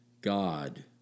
God